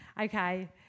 Okay